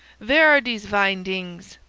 vhere are dese vine dings?